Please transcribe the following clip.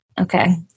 Okay